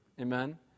Amen